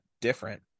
different